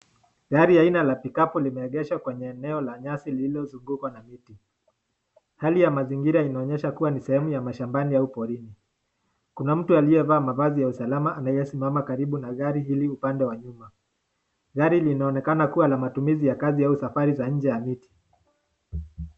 Gari aina ya pick up limeegeshwa kwenye eneo la nyasi lililozungukwa na miti. Hali ya mazingira inaonyesha kuwa ni sehemu ya mashambani au porini. Kuna mtu aliyevaa mavazi ya usalama anayesimama karibu na gari hili upande wa nyuma. Gari linaonekana kuwa la matumizi ya kazi au ya safari za nje ya nchi.